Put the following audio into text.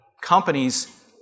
companies